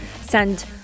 send